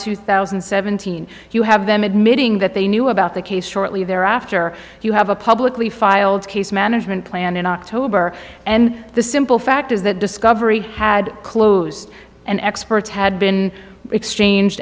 two thousand and seventeen you have them admitting that they knew about the case shortly thereafter you have a publicly filed case management plan in october and the simple fact is that discovery had closed and experts had been exchange